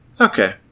Okay